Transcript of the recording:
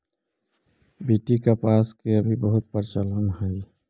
BT कपास के अभी बहुत प्रचलन हई